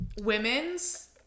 women's